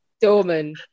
Dorman